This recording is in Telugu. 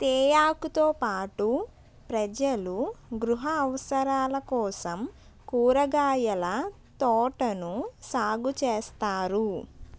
తేయాకుతో పాటు ప్రజలు గృహ అవసరాల కోసం కూరగాయల తోటను సాగు చేస్తారు